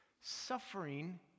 Suffering